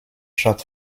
short